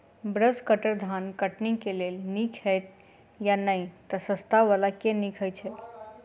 Brush cutter धान कटनी केँ लेल नीक हएत या नै तऽ सस्ता वला केँ नीक हय छै?